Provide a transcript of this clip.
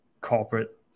corporate